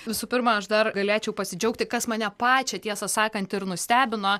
visų pirma aš dar galėčiau pasidžiaugti kas mane pačią tiesą sakant ir nustebino